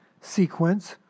sequence